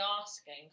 asking